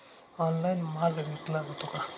Online माल विकला जातो का?